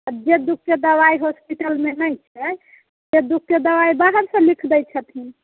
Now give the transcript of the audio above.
आ जे दुःखके दवाइ होस्पिटलमे नहि छै से दुःखके दवाइ बाहरसँ लिख दय छथिन